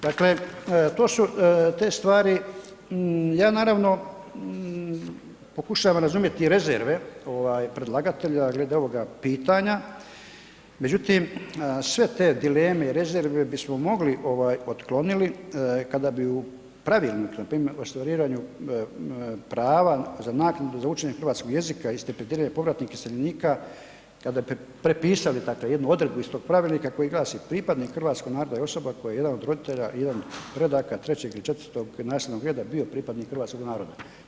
Dakle to su te stvari, ja naravno pokušavam razumjeti rezerve predlagatelja glede ovoga pitanja međutim sve te dileme i rezerve bismo mogli, otklonili kada bi u pravilnik npr. o ostvarivanju prava za naknadu za učenje hrvatskog jezika i stipendiranje povratnika i iseljenika prepisali dakle jednu odredbu iz tog pravilnika koji glasi: „Pripadnik hrvatskog naroda je osoba kojoj je jedan od roditelja, jedan od predaka 3. ili 4. nasljednog reda bio pripadnik hrvatskog naroda.